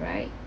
right